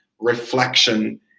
reflection